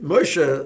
Moshe